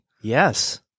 yes